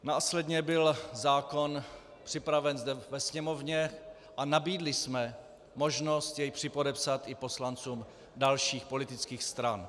Následně byl zákon připraven zde ve Sněmovně a nabídli jsme možnost jej připodepsat i poslancům dalších politických stran.